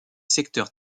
secteurs